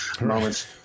moments